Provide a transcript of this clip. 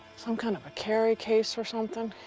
some kind of a carry case or something.